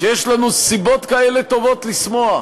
שיש לנו סיבות כאלה טובות לשמוח?